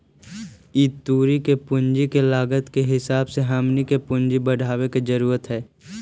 ई तुरी के पूंजी के लागत के हिसाब से हमनी के पूंजी बढ़ाबे के जरूरत हई